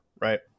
right